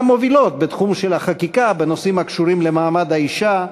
המובילות בתחום החקיקה בנושאים הקשורים למעמד האישה,